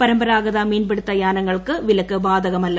പരമ്പരാഗത മീൻപിടുത്ത യാനങ്ങൾക്ക് വിലക്ക് ബാധകമല്ല